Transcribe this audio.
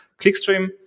Clickstream